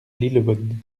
lillebonne